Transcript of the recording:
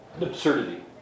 absurdity